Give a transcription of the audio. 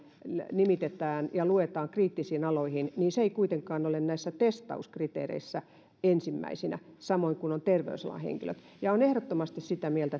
nimitetään ja luetaan kriittisiin aloihin kuitenkaan ole näissä testauskriteereissä ensimmäisenä samoin kuin ovat terveysalan henkilöt olen ehdottomasti sitä mieltä